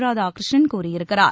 ராதாகிருஷ்ணன் கூறியிருக்கிறார்